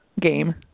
game